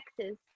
texas